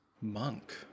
Monk